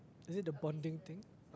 is it the bonding thing